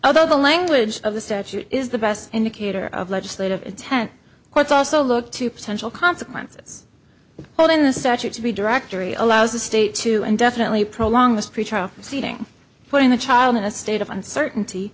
although the language of the statute is the best indicator of legislative intent courts also look to potential consequences well in the statute to be directory allows the state to indefinitely prolong the seating putting the child in a state of uncertainty